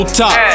top